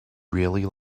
really